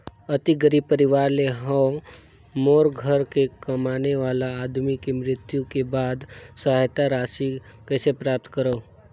अति गरीब परवार ले हवं मोर घर के कमाने वाला आदमी के मृत्यु के बाद सहायता राशि कइसे प्राप्त करव?